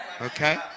Okay